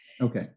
Okay